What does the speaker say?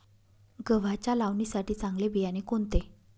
गव्हाच्या लावणीसाठी चांगले बियाणे कोणते?